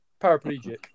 paraplegic